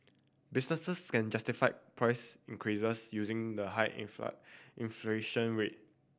businesses can justify price increases using the high inflation rate